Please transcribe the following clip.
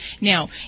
Now